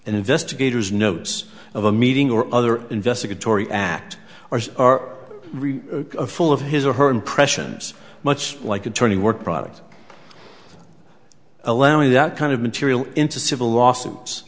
and investigators notes of a meeting or other investigatory act ours are full of his or her impressions much like attorney work product allowing that kind of material into civil lawsuits